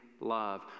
love